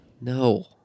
no